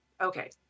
Okay